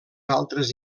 altres